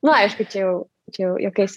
nu aišku čia jau čia jau juokais